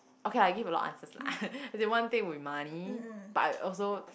okay ah I give a lot of answer lah as in one thing will be money but I also